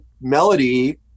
melody